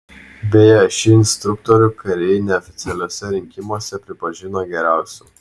beje šį instruktorių kariai neoficialiuose rinkimuose pripažino geriausiu